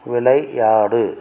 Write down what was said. விளையாடு